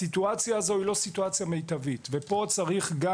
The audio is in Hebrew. הסיטואציה הזו היא לא סיטואציה מיטבית ופה צריך גם